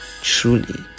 truly